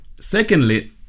Secondly